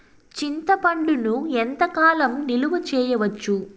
చింతపండును ఎంత కాలం నిలువ చేయవచ్చు?